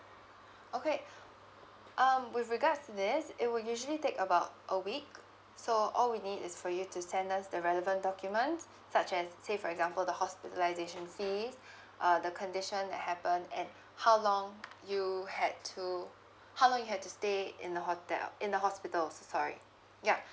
okay um with regards to this it will usually take about a week so all we need is for you to send us the relevant documents such as say for example the hospitalization fees uh the condition that happen and how long you had to how long you had to stay in the hotel in the hospital so sorry yup